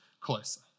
closer